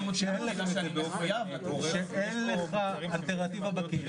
וגם המבוטחים צריכים להעדיף לקבל את השירותים בקהילה.